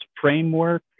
framework